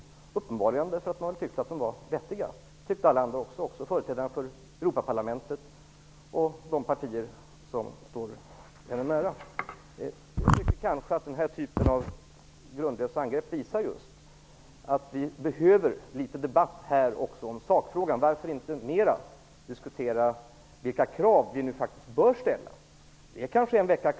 Alla tyckte uppenbarligen att ändringarna var vettiga, även företrädaren för Europaparlamentet och de partier som står Karin Falkmer nära. Den här typen av grundlösa angrepp visar att vi behöver föra en debatt om sakfrågan här också. Varför inte mera diskutera vilka krav vi nu bör ställa?